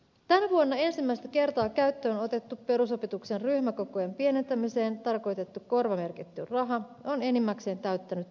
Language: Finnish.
tänä vuonna ensimmäistä kertaa käyttöön otettu perusopetuksen ryhmäkokojen pienentämiseen tarkoitettu korvamerkitty raha on enimmäkseen täyttänyt tehtävänsä